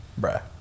bruh